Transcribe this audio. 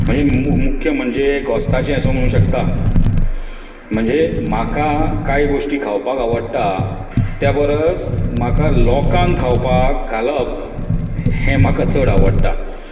म्हजें मु मुख्य म्हणजे घोस्ताचें अशें म्हणूंक शकता म्हणजे म्हाका कांय गोश्टी खावपाक आवडटा त्या परस म्हाका लोकांक खावोवपाक घालप हें म्हाका चड आवडटा